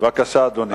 בבקשה, אדוני.